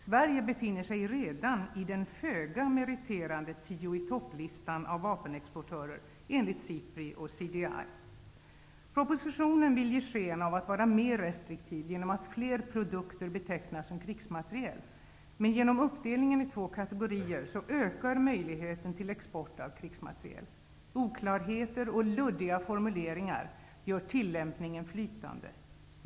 Sverige befinner sig redan i den föga meriterande tio i topplistan över vapenexportörer, enligt Sipri och CDI. Propositionen vill ge sken av att vara mer restriktiv genom att fler produkter betecknas som krigsmateriel, men genom uppdelningen i två kategorier ökar möjligheten till export av krigsmateriel. Oklarheter och luddiga formuleringar gör tillämpningen flytande.